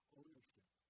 ownership